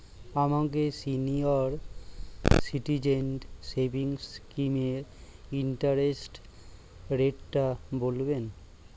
আমাকে senior citizen savings স্কিমের interest রেটটা বলবেন